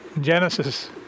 Genesis